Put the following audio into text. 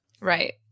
Right